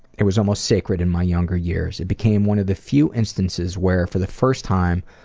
it was almost sacred in my younger years, it became one of the few instances where, for the first time,